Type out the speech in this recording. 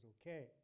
okay